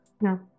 No